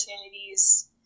opportunities